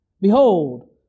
Behold